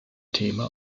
thema